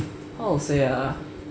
how to say ah